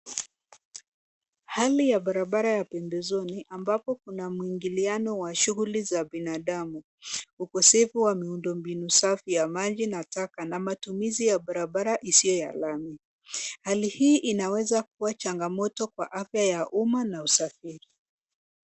Hali ya barabara ya pembezoni, ambapo kuna mwingiliano wa shughuli za binadamu. Ukosefu wa miundombinu safi ya maji na taka, na matumizi ya bararara isiyo ya lami. Hali hii inaweza kuwa changamoto kwa afya ya umma na usafiri.